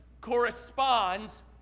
corresponds